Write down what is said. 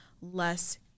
less